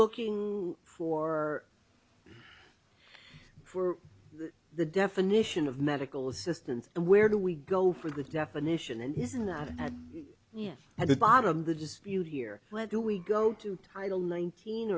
looking for for the definition of medical assistance where do we go for the definition and isn't that you have the bottom of the dispute here where do we go to title nineteen